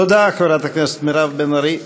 תודה לחברת הכנסת מירב בן ארי.